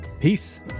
Peace